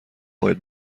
باید